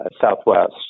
Southwest